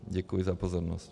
Děkuji za pozornost.